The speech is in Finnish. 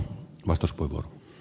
arvoisa puhemies